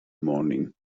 morning